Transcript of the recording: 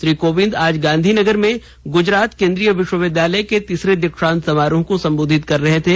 श्री कोविंद आज गांधनीगर में गूजरात केंद्रीय विश्वविद्यालय के तीसरे दीक्षांत समारोह को संबोधित कर रहे थे